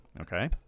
Okay